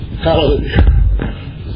Hallelujah